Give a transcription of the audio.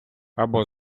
або